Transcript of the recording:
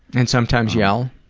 and sometimes yell.